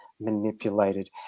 manipulated